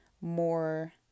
more